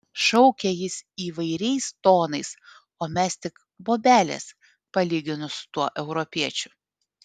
šaukė jis įvairiais tonais o mes tik bobelės palyginus su tuo europiečiu